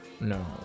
no